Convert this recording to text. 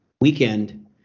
weekend